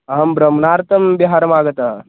अहं भ्रमणार्थं बिहारमागतः